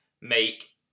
make